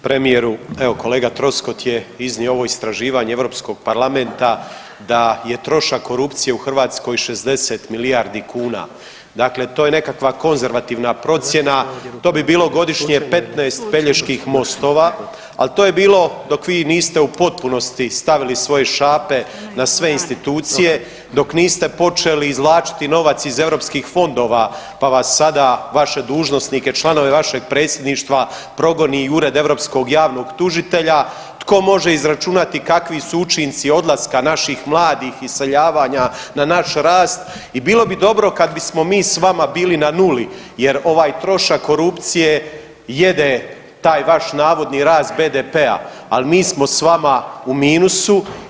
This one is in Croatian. Premijeru, evo kolega Troskot je iznio ovo istraživanje Europskog parlament da je trošak korupcije u Hrvatskoj 60 milijardi kuna, dakle to je nekakva konzervativna procjena, to bi bilo godišnje 15 Peljeških mostova, al to je bilo dok vi niste u potpunosti stavili svoje šape na sve institucije, dok niste počeli izvlačiti novac iz europskih fondova, pa vas sada vaše dužnosnike, članove vašeg predsjedništva progoni Ured europskog javnog tužitelja tko može izračunati kakvi su učinci odlaska naših mladih i iseljavanja na naš rast i bilo bi dobro kad bismo mi s vama bili na nuli jer ovaj trošak korupcije jede taj vaš navodni rast BDP-a, al mi smo s vama u minusu.